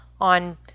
on